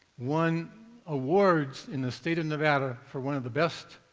won awards in the state of nevada for one of the best